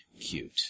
Cute